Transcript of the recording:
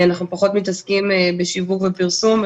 אנחנו פחות מתעסקים בשיווק ופרסום,